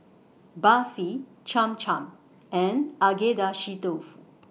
Barfi Cham Cham and Agedashi Dofu